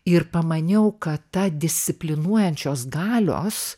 ir pamaniau kad ta disciplinuojančios galios